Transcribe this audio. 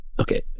Okay